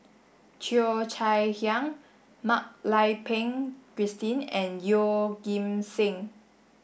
Cheo Chai Hiang Mak Lai Peng Christine and Yeoh Ghim Seng